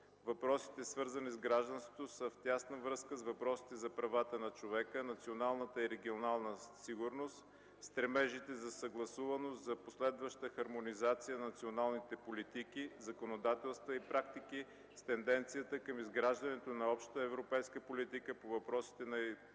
Въпросите, свързани с гражданството, са в тясна връзка с въпросите за правата на човека, националната и регионалната сигурност. Стремежите за съгласуваност и за последваща хармонизация на националните политики, законодателства и практики с тенденция към изграждане на обща европейска политика по въпросите на